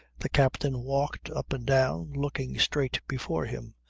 the captain walked up and down looking straight before him,